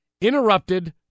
interrupted